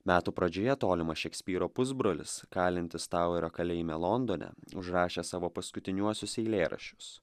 metų pradžioje tolimas šekspyro pusbrolis kalintis tauerio kalėjime londone užrašė savo paskutiniuosius eilėraščius